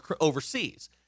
overseas